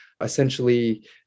essentially